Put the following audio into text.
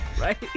right